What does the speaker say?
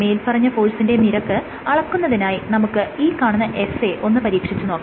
മേല്പറഞ്ഞ ഫോഴ്സിന്റെ നിരക്ക് അളക്കുന്നതിനായി നമുക്ക് ഈ കാണുന്ന എസ്സേ ഒന്ന് പരീക്ഷിച്ച് നോക്കാം